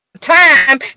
time